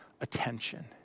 attention